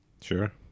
Sure